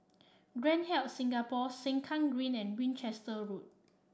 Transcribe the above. Grand Hyatt Singapore Sengkang Green and Winchester Road